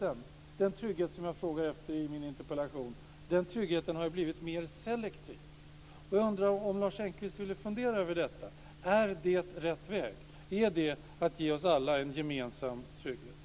Därmed har den trygghet som jag frågar efter i min interpellation på något sätt blivit mer selektiv. Jag undrar om Lars Engqvist skulle vilja fundera över om det är rätt väg. Är det att ge oss alla en gemensam trygghet?